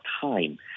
time